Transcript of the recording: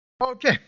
Okay